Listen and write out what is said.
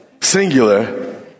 singular